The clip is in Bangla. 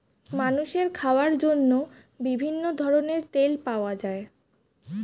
মানুষের খাওয়ার জন্য বিভিন্ন ধরনের তেল পাওয়া যায়